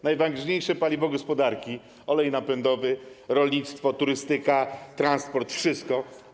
Najważniejsze paliwo gospodarki, olej napędowy, rolnictwo, turystyka, transport - wszystko.